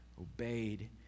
obeyed